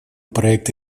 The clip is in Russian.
проект